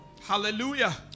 Hallelujah